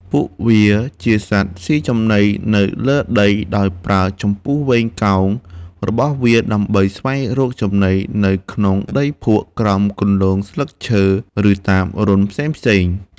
ពួកវាជាសត្វស៊ីចំណីនៅលើដី ដោយប្រើ ចំពុះវែងកោង របស់វាដើម្បីស្វែងរកចំណីនៅក្នុងដីភក់ ក្រោមគំនរស្លឹកឈើ ឬតាមរន្ធផ្សេងៗ។